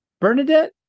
Bernadette